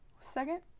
second